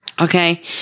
Okay